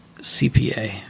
CPA